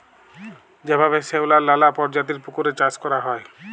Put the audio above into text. যেভাবে শেঁওলার লালা পরজাতির পুকুরে চাষ ক্যরা হ্যয়